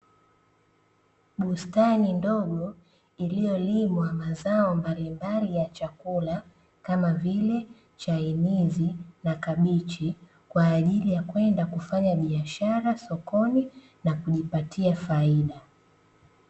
Bustani ndogo iliyolimwa mazao mbalimbali ya chakula, kama vile chainizi na kabichi kwaajili ya kwenda kufanyia biashara sokoni na kujipatia faida.